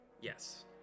Yes